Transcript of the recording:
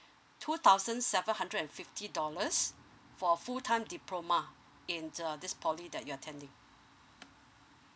two thousand seven hundred and fifty dollars for full time diploma in uh this poly that you're attending